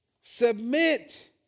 Submit